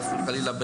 חס וחלילה,